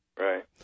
Right